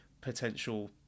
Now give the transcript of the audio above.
potential